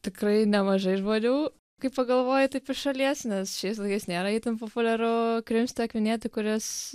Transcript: tikrai nemažai žodžių kai pagalvoji taip iš šalies nes šiais laikais nėra itin populiaru krimsti akvinietį kuris